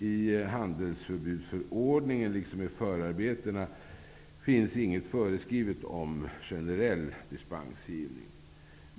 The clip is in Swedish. I handelsförbudsförordningen liksom i förarbetena finns inget föreskrivet om generell dispensgivning.